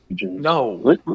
No